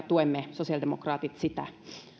tuemme sitä